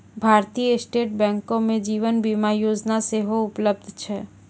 भारतीय स्टेट बैंको मे जीवन बीमा योजना सेहो उपलब्ध छै